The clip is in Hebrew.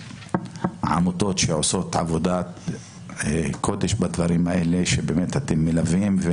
העמותות שעושות עבודת קודש בדברים האלה ובאמת מלוות את